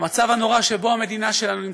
במצב הנורא שבו המדינה שלנו נמצאת,